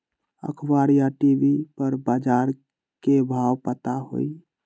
अखबार या टी.वी पर बजार के भाव पता होई?